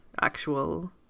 actual